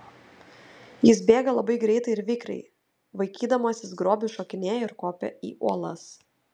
jis bėga labai greitai ir vikriai vaikydamasis grobį šokinėja ir kopia į uolas